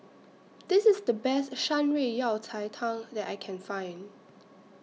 This IS The Best Shan Rui Yao Cai Tang that I Can Find